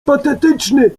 patetyczny